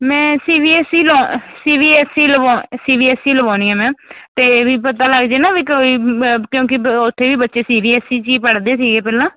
ਮੈਂ C B S E ਲਾ C B S E ਲਵਾ ਸੀ ਬੀ ਐਸ ਈ ਲਵਾਉਂਦੀ ਹਾਂ ਮੈਮ ਅਤੇ ਵੀ ਪਤਾ ਲੱਗ ਜਾਵੇ ਨਾ ਵੀ ਕੋਈ ਮ ਕਿਉਂਕਿ ਉੱਥੇ ਵੀ ਬੱਚੇ ਸੀ ਬੀ ਐਸ ਈ 'ਚ ਹੀ ਪੜ੍ਹਦੇ ਸੀਗੇ ਪਹਿਲਾਂ